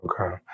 Okay